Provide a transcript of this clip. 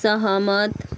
सहमत